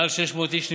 מעל 600 איש נפטרו.